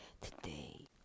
today